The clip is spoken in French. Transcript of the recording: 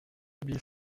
bis